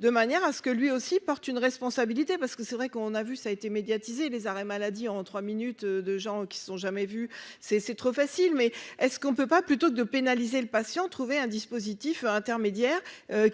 de manière à ce que lui aussi porte une responsabilité parce que c'est vrai qu'on a vu ça été médiatisé, les arrêts maladie en 3 minutes, de gens qui ne sont jamais vu c'est : c'est trop facile, mais est-ce qu'on peut pas plutôt que de pénaliser le patient, trouver un dispositif intermédiaire